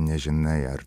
nežinai ar